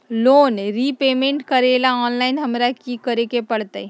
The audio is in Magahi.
लोन रिपेमेंट करेला ऑनलाइन हमरा की करे के परतई?